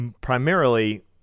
primarily